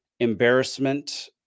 embarrassment